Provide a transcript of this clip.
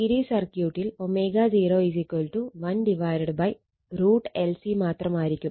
series സർക്യൂട്ടിൽ ω0 1√ LC മാത്രമായിരിക്കും